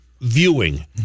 viewing